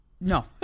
No